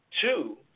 Two